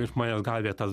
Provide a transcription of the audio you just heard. žmonės gavę tas